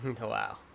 Wow